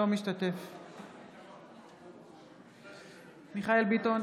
משתתף בהצבעה מיכאל מרדכי ביטון,